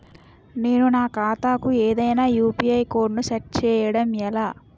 నేను నా ఖాతా కు ఏదైనా యు.పి.ఐ కోడ్ ను సెట్ చేయడం ఎలా?